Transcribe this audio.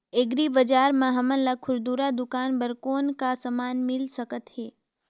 Agri बजार म हमन ला खुरदुरा दुकान बर कौन का समान मिल सकत हे?